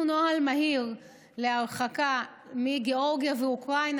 נוהל מהיר להרחקה מגיאורגיה ואוקראינה,